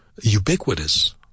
ubiquitous